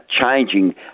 changing